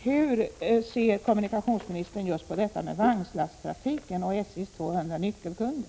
Hur ser kommunikationsministern på detta och på SJ:s 200 nyckelkunder?